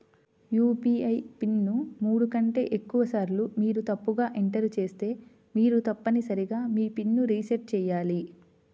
UPI pin ను మూడు కంటే ఎక్కువసార్లు మీరు తప్పుగా ఎంటర్ చేస్తే మీరు తప్పనిసరిగా మీ పిన్ ను రీసెట్ చేయాలి